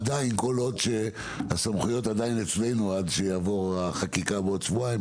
עדיין כל עוד הסמכויות עדיין אצלנו עד שתעבור החקיקה עוד שבועיים,